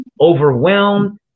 overwhelmed